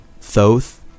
Thoth